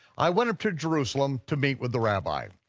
i went up to jerusalem to meet with a rabbi.